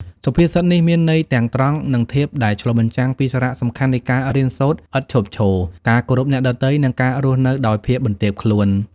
សុភាសិតនេះមានន័យទាំងត្រង់ និងធៀប ដែលឆ្លុះបញ្ចាំងពីសារៈសំខាន់នៃការរៀនសូត្រឥតឈប់ឈរ ការគោរពអ្នកដទៃ និងការរស់នៅដោយភាពបន្ទាបខ្លួន។